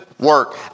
work